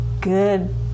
good